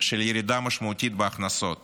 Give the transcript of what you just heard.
של ירידה משמעותית בהכנסות